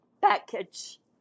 package